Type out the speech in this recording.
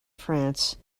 france